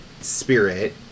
spirit